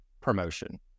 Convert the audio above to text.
promotion